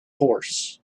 horse